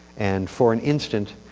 and for an instant